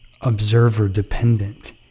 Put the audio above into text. Observer-dependent